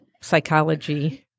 psychology